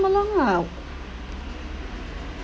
along ah